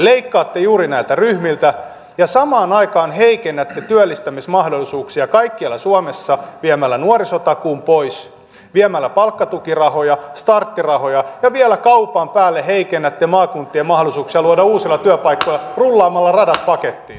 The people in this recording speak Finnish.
leikkaatte juuri näiltä ryhmiltä ja samaan aikaan heikennätte työllistämismahdollisuuksia kaikkialla suomessa viemällä nuorisotakuun pois viemällä palkkatukirahoja starttirahoja ja vielä kaupan päälle heikennätte maakuntien mahdollisuuksia luoda uusia työpaikkoja rullaamalla radat pakettiin